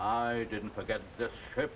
i didn't forget i